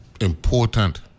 important